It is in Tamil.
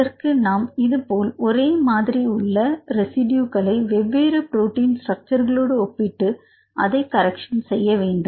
அதற்கு நாம் இது போல் ஒரே மாதிரி உள்ள ரெசிடியூ வெவ்வேறு புரோட்டின் ஸ்ட்ரக்ச்சர்ஹலோடு ஒப்பிட்டு அதை கரக்ஷன் செய்ய வேண்டும்